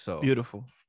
Beautiful